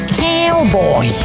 cowboy